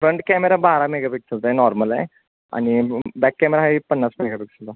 front camera बारा मेगापिक्सेलचा आहे नॉर्मल आहे आणि बॅक कॅमेरा आहे पन्नास मेगापिक्सेलचा